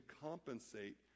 compensate